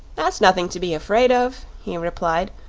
that's nothing to be afraid of, he replied,